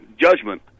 judgment